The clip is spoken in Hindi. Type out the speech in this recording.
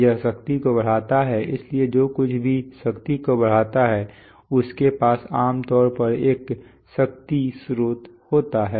यह शक्ति को बढ़ाता है इसलिए जो कुछ भी शक्ति को बढ़ाता है उसके पास आमतौर पर एक शक्ति स्रोत होता है